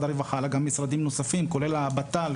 הרווחה אלא גם משרדים נוספים - כולל המשרד לביטחון לאומי,